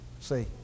see